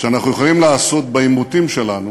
שאנחנו יכולים לעשות בעימותים שלנו